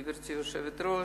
גברתי היושבת-ראש,